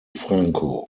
franco